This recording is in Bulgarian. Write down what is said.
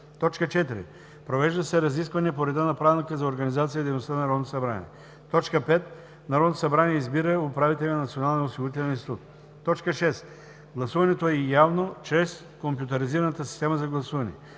4. Провеждат се разисквания по реда на Правилника за организацията и дейността на Народното събрание. 5. Народното събрание избира управителя на Националния осигурителен институт. 6. Гласуването е явно чрез компютризираната система за гласуване.